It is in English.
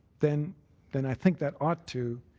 then then i think that ought to